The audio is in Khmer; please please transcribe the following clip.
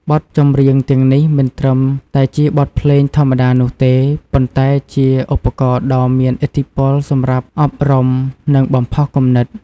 បទចម្រៀងទាំងនេះមិនត្រឹមតែជាបទភ្លេងធម្មតានោះទេ ប៉ុន្តែជាឧបករណ៍ដ៏មានឥទ្ធិពលសម្រាប់ អប់រំ និងបំផុសគំនិត។